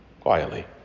quietly